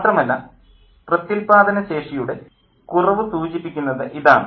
മാത്രമല്ല പ്രത്യുൽപാദന ശേഷിയുടെ കുറവ് സൂചിപ്പിക്കുന്നത് ഇതാണ്